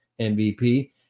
MVP